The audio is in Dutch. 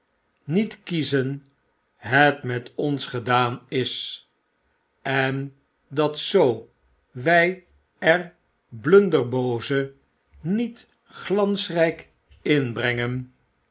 niet kiezen het met ons gedaan is en dat zoo wfl er blunderbooze niet glansrijk inbrengen